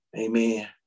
Amen